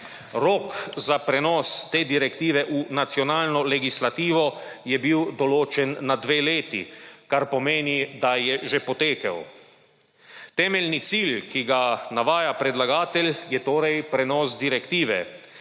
Rok za prenos te direktive v nacionalno legislativo je bil določen na dve leti, kar pomeni, da je že potekel. Temeljni cilj, ki ga navaja predlagatelj, je torej prenos direktive.